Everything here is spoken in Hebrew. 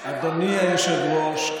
אדוני היושב-ראש,